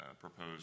proposed